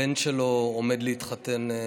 הבן שלו עומד להתחתן.